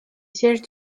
siège